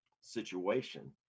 situation